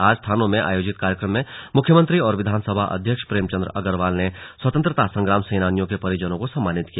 आज थानों में आयोजित कार्यक्रम में मुख्यमंत्री और विधानसभा अध्यक्ष प्रेमचन्द अग्रवाल ने स्वतंत्रता संग्राम सेनानियों के परिजनों को सम्मानित किया